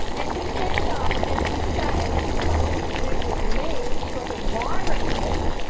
and to stand up and to say it's something to do with me because of my request,